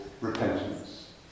repentance